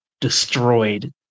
destroyed